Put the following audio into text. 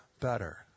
better